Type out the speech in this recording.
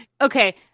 Okay